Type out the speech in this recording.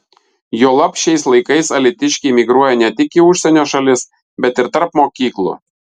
juolab šiais laikais alytiškiai migruoja ne tik į užsienio šalis bet ir tarp mokyklų